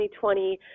2020